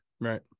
right